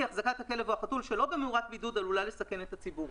החזקת הכלב או החתול שלא במאורת בידוד עלולה לסכן את הציבור".